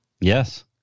Yes